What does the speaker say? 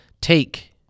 Take